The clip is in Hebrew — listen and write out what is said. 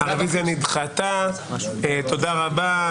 תודה רבה.